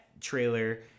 trailer